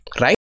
Right